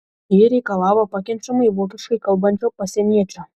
ji reikalavo pakenčiamai vokiškai kalbančio pasieniečio